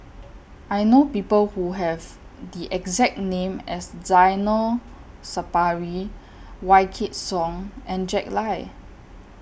I know People Who Have The exact name as Zainal Sapari Wykidd Song and Jack Lai